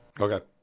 Okay